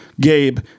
gabe